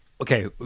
Okay